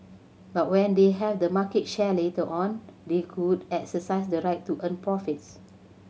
but when they have the market share later on they could exercise the right to earn profits